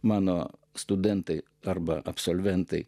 mano studentai arba absolventai